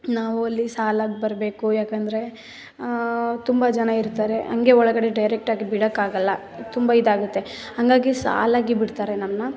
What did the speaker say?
ನಾವು ಅಲ್ಲಿ ಸಾಲಾಗಿ ಬರಬೇಕು ಏಕಂದ್ರೆ ತುಂಬ ಜನ ಇರ್ತಾರೆ ಹಂಗೆ ಒಳಗಡೆ ಡೈರೆಕ್ಟಾಗಿ ಬಿಡೋಕ್ಕಾಗಲ್ಲ ತುಂಬ ಇದಾಗುತ್ತೆ ಹಾಗಾಗಿ ಸಾಲಾಗಿ ಬಿಡ್ತಾರೆ ನಮ್ಮನ್ನ